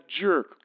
jerk